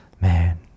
Man